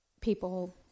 people